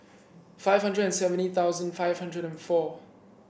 five hundred and seventy thousand five hundred and four